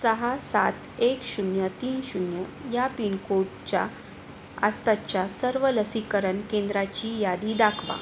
सहा सात एक शून्य तीन शून्य या पिनकोडच्या आसपासच्या सर्व लसीकरण केंद्राची यादी दाखवा